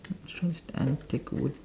strange antic would